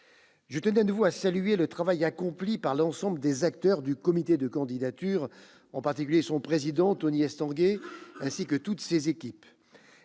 Je tenais de nouveau à saluer le travail accompli par l'ensemble des acteurs du comité de candidature, en particulier son président, Tony Estanguet, ainsi que toutes ses équipes.